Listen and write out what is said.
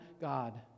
God